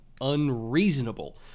unreasonable